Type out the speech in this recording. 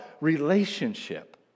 relationship